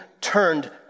turned